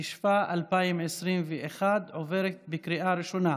התשפ"א 2021, עוברת בקריאה ראשונה.